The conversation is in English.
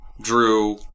Drew